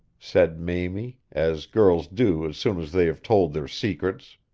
said mamie, as girls do as soon as they have told their secrets.